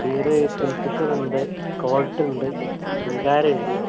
beer king ഫിഷറുണ്ട് Colt ഉണ്ട് kangaroo ഇണ്ട്